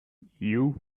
you